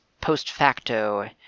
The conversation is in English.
post-facto